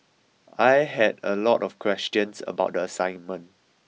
I had a lot of questions about the assignment